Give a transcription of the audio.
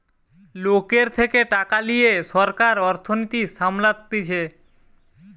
লোকের থেকে টাকা লিয়ে সরকার অর্থনীতি সামলাতিছে